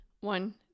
One